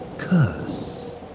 curse